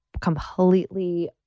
completely